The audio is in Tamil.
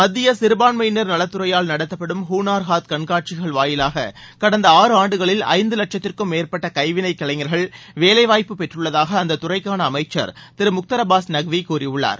மத்திய சிறுபான்மையினர் நலத்துறையால் நடத்தப்படும் ஹுனார் ஹாத் கண்காட்சிகள் வாயிலாக கடந்த ஆறு ஆண்டுகளில் ஐந்து லட்சத்திற்கும் மேற்பட்ட கைவினை கலைஞர்கள் வேலைவாய்ப்பு பெற்றுள்ளதாக அந்த துறைக்கான அமைச்சர் திரு முக்தார் அப்பாஸ் நக்வி கூறியுள்ளார்